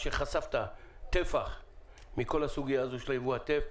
שחשפת טפח מכל הסוגיה הזאת של יבוא הטף.